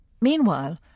Meanwhile